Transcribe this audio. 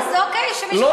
לא רוצה לענות לך.